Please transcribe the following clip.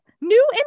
new